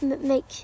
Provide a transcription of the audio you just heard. make